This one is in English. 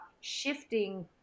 shifting